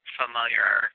familiar